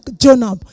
Jonah